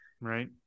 right